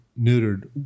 neutered